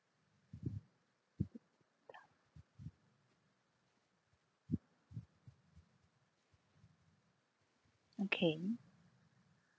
okay